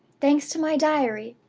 thanks to my diary,